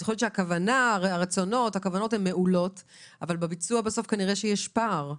אז אולי הכוונות היו מעולות אבל היה כנראה פער בביצוע.